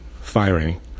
firing